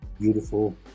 Beautiful